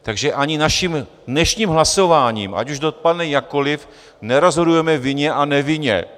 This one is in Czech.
Takže ani dnešním hlasováním, ať už dopadne jakkoli, nerozhodujeme o vině a nevině.